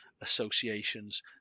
associations